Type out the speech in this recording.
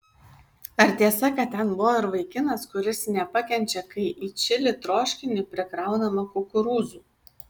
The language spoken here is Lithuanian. ar tiesa kad ten buvo ir vaikinas kuris nepakenčia kai į čili troškinį prikraunama kukurūzų